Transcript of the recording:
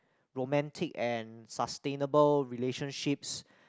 romantic and sustainable relationships